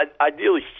Ideally